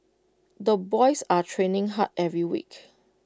the boys are training hard every week